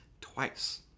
twice